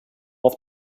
auf